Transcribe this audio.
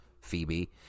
Phoebe